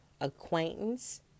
acquaintance